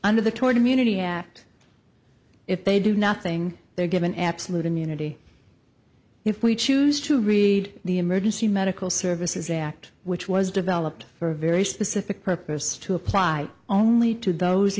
under the toward immunity act if they do nothing they are given absolute immunity if we choose to read the emergency medical services act which was developed for a very specific purpose to apply only to those